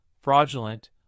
fraudulent